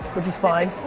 which is fine.